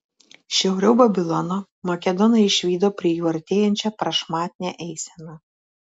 šiauriau babilono makedonai išvydo prie jų artėjančią prašmatnią eiseną